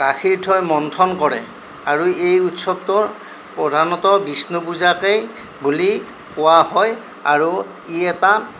গাখীৰ থৈ মন্থন কৰে আৰু এই উৎসৱটোৰ প্ৰধানত বিষ্ণুপূজাতেই বুলি কোৱা হয় আৰু ই এটা